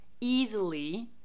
easily